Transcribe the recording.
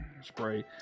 spray